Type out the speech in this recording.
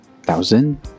thousand